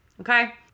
Okay